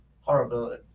horrible